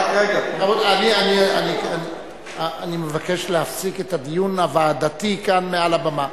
אני מבקש להפסיק את הדיון הוועדתי כאן מעל הבמה.